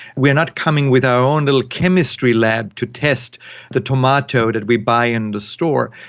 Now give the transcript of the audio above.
we are not coming with our own little chemistry lab to test the tomato that we buy in the store.